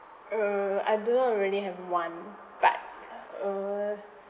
err I do not really have one but uh